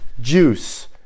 juice